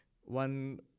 One